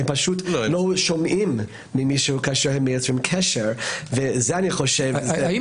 הם פשוט לא שומעים ממישהו כאשר הם יוצרים קשר ואני חושב שזה --- האם